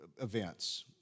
events